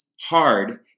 hard